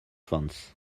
fons